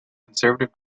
conservative